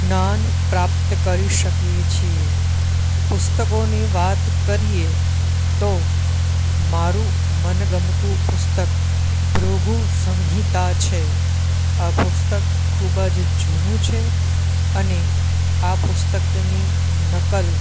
જ્ઞાન પ્રાપ્ત કરી શકીએ છીએ પુસ્તકોની વાત કરીએ તો મારું મનગમતું પુસ્તક ભૃગુસંહિતા છે આ પુસ્તક ખૂબ જ જૂનું છે અને આ પુસ્તકની નકલ